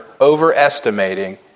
overestimating